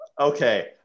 okay